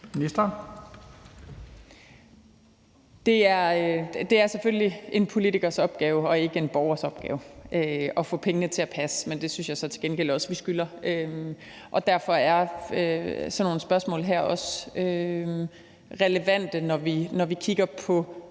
Det er selvfølgelig en politikers opgave og ikke en borgers opgave at få pengene til at passe. Men det synes jeg så til gengæld også vi skylder, og derfor er sådan nogle spørgsmål her også relevante, når vi kigger på